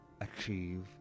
achieve